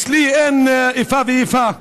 אצלי אין איפה ואיפה,